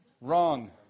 Wrong